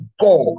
God